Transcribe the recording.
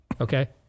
Okay